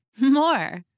more